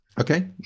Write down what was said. Okay